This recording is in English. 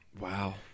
Wow